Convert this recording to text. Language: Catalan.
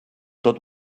tot